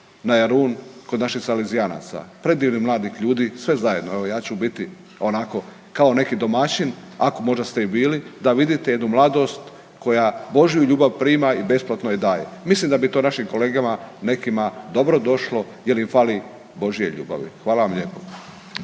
na Jarun kod naših salezijanaca, predivnih mladih ljudi, sve zajedno, evo ja ću biti, onako, kao neki domaćin, ako možda ste i bili da vidite jednu mladost koja Božju ljubav prima i besplatno ju daje. Mislim da bi to našim kolegama nekim dobro došlo jer im fali Božje ljubavi. Hvala vam lijepo.